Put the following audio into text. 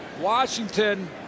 Washington